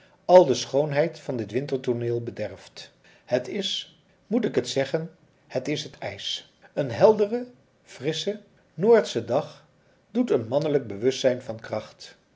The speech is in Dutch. al de schoonheid van dit wintertooneel bederft het is moet ik het zeggen het is het ijs een heldere frissche noordsche dag doet een mannelijk bewustzijn van kracht